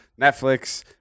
netflix